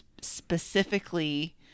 specifically